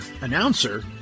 Announcer